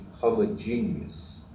homogeneous